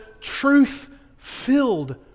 truth-filled